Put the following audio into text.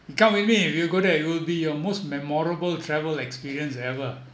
you come with me if you go there it will be your most memorable travel experience ever